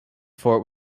fort